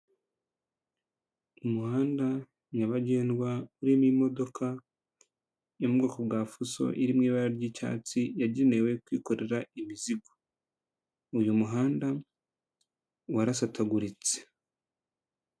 Umuhanda nyabagendwa urimo imodoka yo mu bwoko bwa fuso, iri mu ibara ry'icyatsi yagenewe kwikorera imizigo, uyu muhanda warasataguritse.